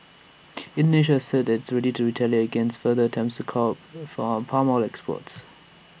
Indonesia has said it's ready to retaliate against further attempts to curb for palm oil exports